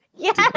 Yes